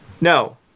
No